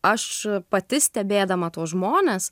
aš pati stebėdama tuos žmones